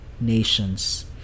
nations